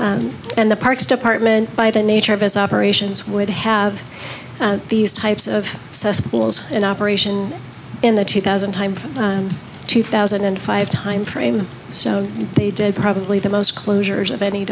time and the parks department by the nature of his operations would have these types of cesspools in operation in the two thousand time from two thousand and five timeframe so they did probably the most closures of any